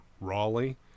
Raleigh